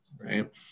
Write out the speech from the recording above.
right